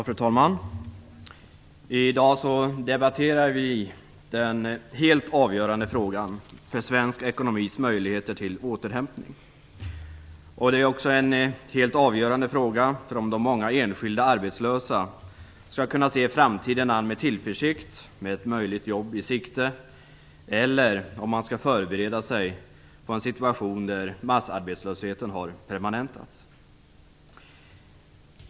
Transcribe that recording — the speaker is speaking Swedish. Fru talman! I dag debatterar vi den helt avgörande frågan för svensk ekonomis möjligheter till återhämtning. Det är också en helt avgörande fråga för om de många enskilda arbetslösa skall kunna se framtiden an med tillförsikt, med ett möjligt jobb i sikte, eller om man skall förbereda sig på en situation där massarbetslösheten har permanentats.